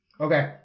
Okay